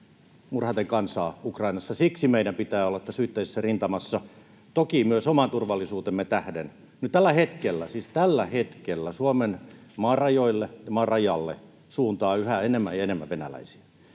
murhaten kansaa Ukrainassa. Siksi meidän pitää olla tässä yhteisessä rintamassa. Toki myös oman turvallisuutemme tähden. Nyt tällä hetkellä, siis tällä hetkellä, Suomen maarajalle suuntaa yhä enemmän ja enemmän venäläisiä.